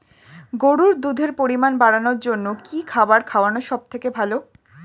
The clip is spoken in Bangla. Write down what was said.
গরুর দুধের পরিমাণ বাড়ানোর জন্য কি খাবার খাওয়ানো সবথেকে ভালো?